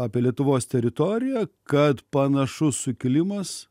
apie lietuvos teritoriją kad panašus sukilimas